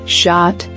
shot